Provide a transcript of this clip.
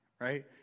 right